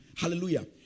Hallelujah